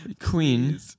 Queen